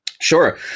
Sure